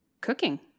cooking